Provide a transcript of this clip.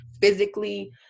physically